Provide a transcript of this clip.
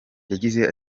yagize